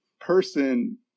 person